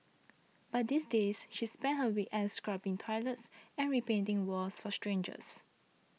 but these days she spends her week ends scrubbing toilets and repainting walls for strangers